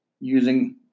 using